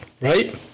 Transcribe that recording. right